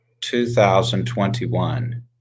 2021